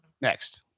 Next